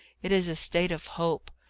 it is a state of hope.